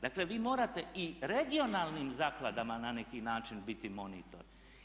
Dakle vi morate i regionalnim zakladama na neki način biti monitor.